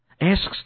Asks